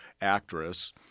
actress